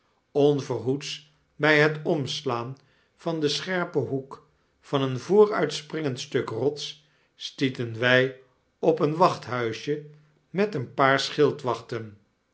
onverhoeds by het omslaan van den scherpen hoek van een vooruitspringend stuk rots stietenwy op een wachthuisje met een paar